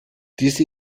diese